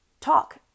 talk